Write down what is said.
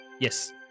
Yes